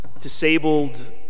disabled